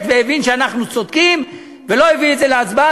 והבין שאנחנו צודקים ולא הביא את זה להצבעה.